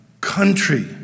country